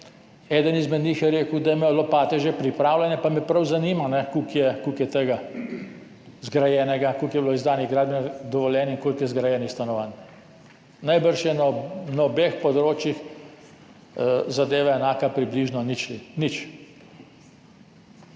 Eden izmed njih je rekel, da imajo lopate že pripravljene, pa me prav zanima, koliko je tega zgrajenega, koliko je bilo izdanih gradbenih dovoljenj in koliko je zgrajenih stanovanj. Najbrž je na obeh področjih zadeva enaka približno ničli.